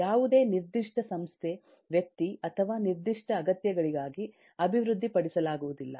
ಯಾವುದೇ ನಿರ್ದಿಷ್ಟ ಸಂಸ್ಥೆ ವ್ಯಕ್ತಿ ಅಥವಾ ಯಾವುದೇ ನಿರ್ದಿಷ್ಟ ಅಗತ್ಯಗಳಿಗಾಗಿ ಅಭಿವೃದ್ಧಿಪಡಿಸಲಾಗುವುದಿಲ್ಲ